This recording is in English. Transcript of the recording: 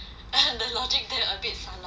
the logic there a bit salah 对不对